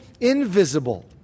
invisible